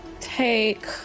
take